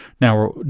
now